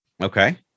Okay